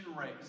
race